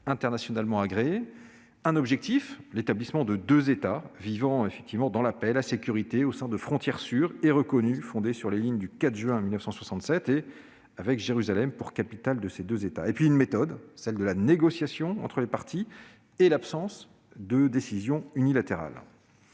internationalement agréés. Un objectif, ensuite : l'établissement de deux États vivant effectivement dans la paix et la sécurité au sein de frontières sûres et reconnues, fondées sur les lignes du 4 juin 1967, avec Jérusalem pour capitale de ces deux États. Une méthode, enfin : la négociation entre les parties et l'absence de décision unilatérale.